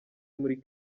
muri